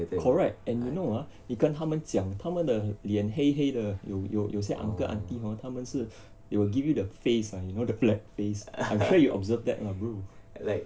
correct and you know ah 你跟他们讲他们的脸黑黑的有有有些 uncle auntie hor 他们是 they will give you the face ah you know the black face I'm sure you observe that lah bro